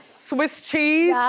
swiss cheese.